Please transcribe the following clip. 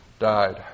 died